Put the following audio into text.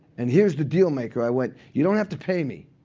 and here's the deal-maker. i went, you don't have to pay me.